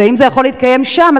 אז אם זה יכול להתקיים שם,